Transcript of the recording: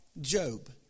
Job